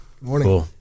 morning